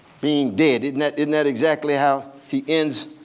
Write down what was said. being dead, isn't that isn't that exactly how he ends?